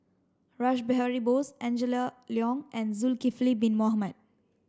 Rash Behari Bose Angela Liong and Zulkifli bin Mohamed